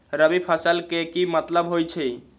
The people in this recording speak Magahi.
रबी फसल के की मतलब होई छई?